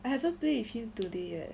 I haven't played with him today eh